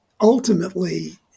ultimately